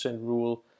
rule